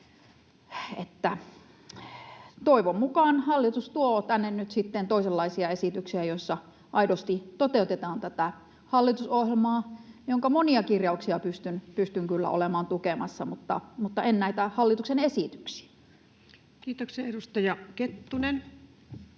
Toivon mukaan hallitus tuo tänne nyt sitten toisenlaisia esityksiä, joissa aidosti toteutetaan tätä hallitusohjelmaa, jonka monia kirjauksia pystyn kyllä olemaan tukemassa, mutta en näitä hallituksen esityksiä. [Speech 272] Speaker: